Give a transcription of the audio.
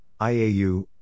IAU